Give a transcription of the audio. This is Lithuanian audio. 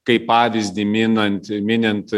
kaip pavyzdį minant minint